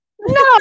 No